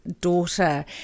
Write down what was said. Daughter